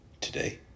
today